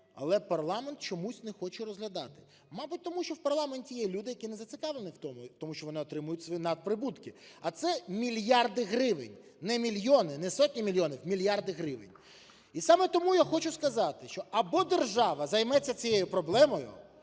Але парламент чому не хоче розглядати. Мабуть, тому що в парламенті є люди, які не зацікавлені в тому, тому що вони отримують свої надприбутки, а це мільярди гривень. Не мільйони, не сотні мільйонів – мільярди гривень. І саме тому я хочу сказати, що або держава займеться цією проблемою,